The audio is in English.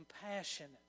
compassionate